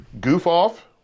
Goof-off